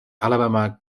alabama